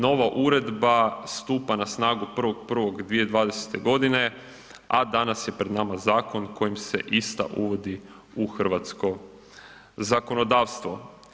Nova uredba stupa na snagu 1.1.2020.g., a danas je pred nama zakon kojim se ista uvodi u hrvatsko zakonodavstvo.